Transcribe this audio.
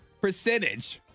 percentage